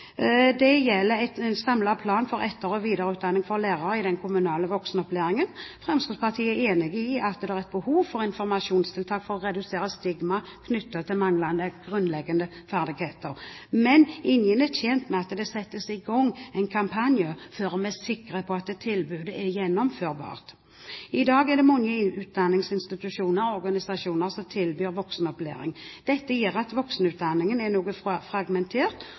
Det gjelder en samlet plan for etter- og videreutdanning for lærere i den kommunale voksenopplæringen. Fremskrittspartiet er enig i at det er et behov for informasjonstiltak for å redusere stigmaet knyttet til manglende grunnleggende ferdigheter. Men ingen er tjent med at det settes i gang en kampanje før vi er sikre på at tilbudet er gjennomførbart. I dag er det mange utdanningsinstitusjoner og organisasjoner som tilbyr voksenopplæring. Dette gjør at voksenutdanningen er noe fragmentert